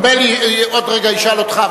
כרמל עוד רגע ישאל אותך.